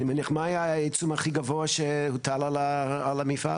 מה היה העיצום הכי גבוה שהוטל על המפעל?